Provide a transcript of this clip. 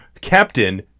Captain